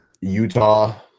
Utah